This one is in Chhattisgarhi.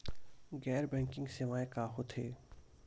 गैर बैंकिंग सेवाएं का होथे?